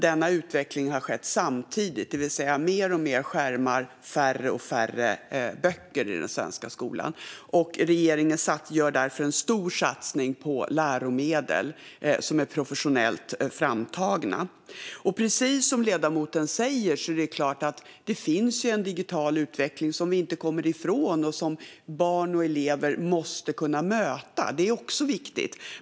Denna utveckling har skett samtidigt, det vill säga mer och mer skärmar och färre och färre böcker i svensk skola. Regeringen gör därför en stor satsning på läromedel som är professionellt framtagna. Precis som ledamoten säger finns det en digital utveckling som vi inte kommer ifrån och som barn och elever måste kunna möta. Det är viktigt.